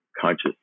conscious